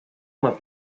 uma